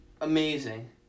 amazing